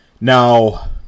Now